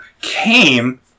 came